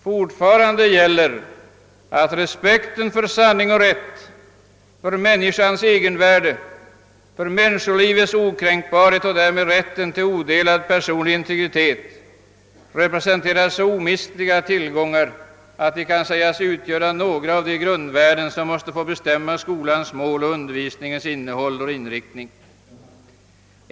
Fortfarande gäller att respekten för sanning och rätt, för människans egenvärde, för människolivets okränkbarhet och därmed rätten till odelad personlig integritet representerar så omistliga tillgångar att de kan sägas utgöra några av de grundvärden som måste få bestämma skolans mål och inriktning.